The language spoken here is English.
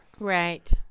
Right